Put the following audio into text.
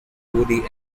woody